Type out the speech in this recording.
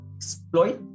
exploit